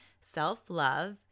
Self-love